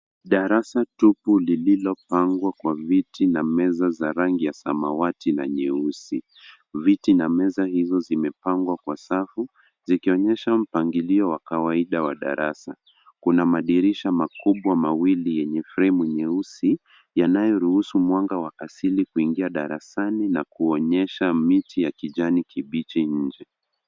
Darasa tupu lililopangwa kwa viti na meza za rangi ya samawati na nyeusi. Viti na meza hizo zimepangwa kwa safu, zikionyesha mpangilio wa kawaida wa darasa. Kuna madirisha makubwa mawili yenye fremu nyeusi, inayoruhusu mwanga wa asili kuingia darasani na kuonyesha miti ya kijani kibichi nje.